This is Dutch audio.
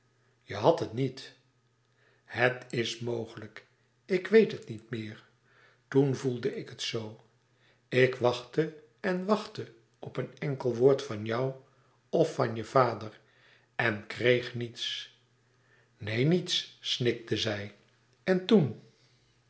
je hadt het niet het is mogelijk ik weet het niet meer toen voelde ik het zoo ik wachtte en wachtte op een enkel woord van jou of van je vader en ik kreeg niets neen niets snikte zij en toen